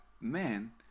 man